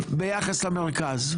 ביחס למרכז.